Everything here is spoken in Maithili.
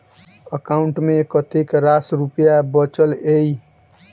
एकाउंट मे कतेक रास रुपया बचल एई